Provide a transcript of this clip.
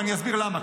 ואני אסביר למה,